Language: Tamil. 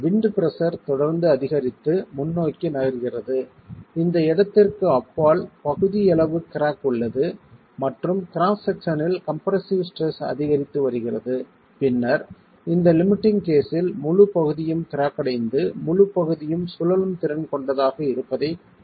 விண்ட் பிரஷர் தொடர்ந்து அதிகரித்து முன்னோக்கி நகர்கிறது இந்த இடத்திற்கு அப்பால் பகுதியளவு கிராக் உள்ளது மற்றும் கிராஸ் செக்ஷனில் கம்ப்ரெஸ்ஸிவ் ஸ்ட்ரெஸ் அதிகரித்து வருகிறது பின்னர் இந்த லிமிட்டிங் கேஸில் முழு பகுதியும் கிராக் அடைந்து முழு பகுதியும் சுழலும் திறன் கொண்டதாக இருப்பதைப் பார்க்கலாம்